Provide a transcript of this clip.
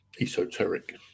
esoteric